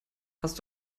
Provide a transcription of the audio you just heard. hast